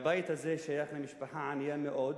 הבית הזה שייך למשפחה ענייה מאוד,